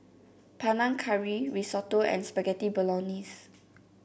Panang Curry Risotto and Spaghetti Bolognese